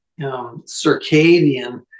circadian